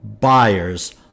buyers